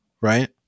right